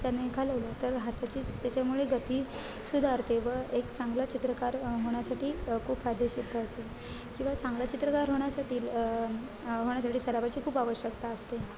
त्याने घालवलं तर हाताची त्याच्यामुळे गती सुधारते व एक चांगला चित्रकार होण्यासाठी खूप फायदेशीर ठरते किंवा चांगला चित्रकार होण्यासाठी होण्यासाठी सरावाची खूप आवश्यकता असते